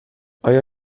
آیا